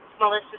Melissa